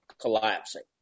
collapsing